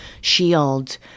shield